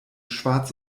schwarz